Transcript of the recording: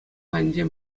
патӗнче